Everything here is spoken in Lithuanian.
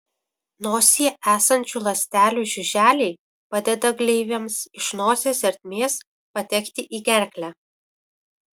nosyje esančių ląstelių žiuželiai padeda gleivėms iš nosies ertmės patekti į gerklę